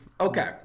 Okay